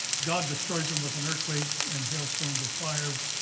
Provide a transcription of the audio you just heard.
god destroys them with an earthquake and hailstones of fire.